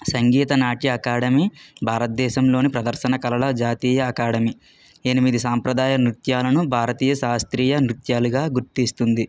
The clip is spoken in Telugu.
సంగీత నాట్య అకాడమీ భారతదేశంలోని ప్రదర్శన కళల జాతీయ అకాడమీ ఎనిమిది సాంప్రదాయ నృత్యాలను భారతీయ శాస్త్రీయ నృత్యాలుగా గుర్తిస్తుంది